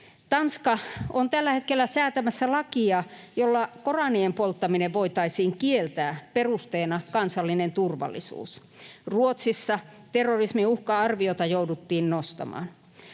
Tanska on tällä hetkellä säätämässä lakia, jolla Koraanien polttaminen voitaisiin kieltää, perusteena kansallinen turvallisuus. Ruotsissa terrorismin uhka-arviota jouduttiin nostamaan.